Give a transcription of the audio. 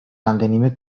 რამდენიმე